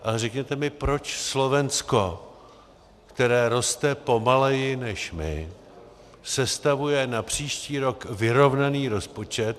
Ale řekněte mi, proč Slovensko, které roste pomaleji než my, sestavuje na příští rok vyrovnaný rozpočet?